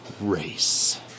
race